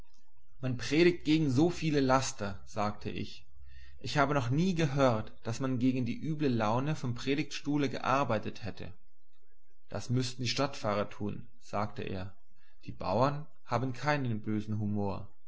man predigt gegen so viele laster sagte ich ich habe noch nie gehört daß man gegen die üble laune vom predigtstuhle gearbeitet hätte das müßten die stadtpfarrer tun sagte er die bauern haben keinen bösen humor